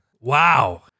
Wow